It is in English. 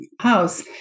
house